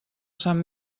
sant